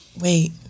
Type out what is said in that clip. Wait